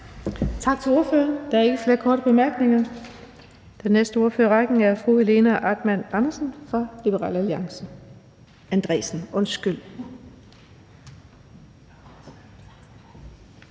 Tak til ordføreren. Der er ikke flere korte bemærkninger. Den næste ordfører i rækken er fru Helena Artmann Andresen, Liberal Alliance. Kl.